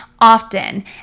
often